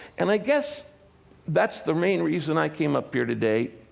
and i guess that's the main reason i came up here today,